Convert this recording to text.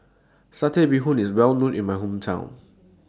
Satay Bee Hoon IS Well known in My Hometown